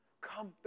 come